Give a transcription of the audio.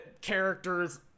characters